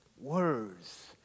Words